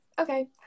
Okay